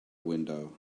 window